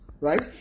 Right